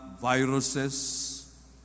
viruses